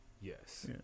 Yes